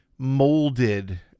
molded